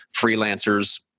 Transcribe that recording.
freelancers